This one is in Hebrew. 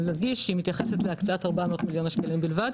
אבל נדגיש שהיא מתייחסת להקצאת 400 מיליון השקלים בלבד,